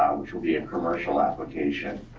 which will be a commercial application.